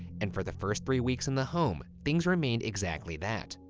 and for the first three weeks in the home, things remained exactly that,